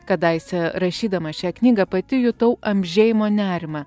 kadaise rašydama šią knygą pati jutau amžėjimo nerimą